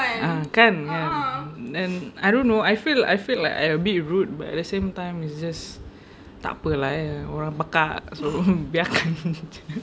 ah kan ya then I don't know I feel I feel like I a bit rude but at the same time is just takpe lah eh orang pekak so biarkan jer